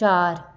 ਚਾਰ